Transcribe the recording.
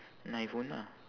an iphone ah